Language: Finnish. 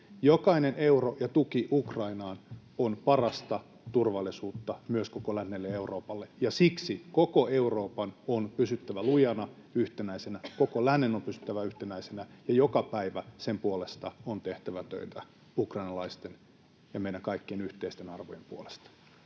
Jokainen euro ja tuki Ukrainaan on parasta turvallisuutta myös koko lännelle ja Euroopalle, ja siksi koko Euroopan on pysyttävä lujana, yhtenäisenä. Koko lännen on pystyttävä yhtenäisenä, ja joka päivä sen puolesta on tehtävä töitä ukrainalaisten ja meidän kaikkien yhteisten arvojen puolesta.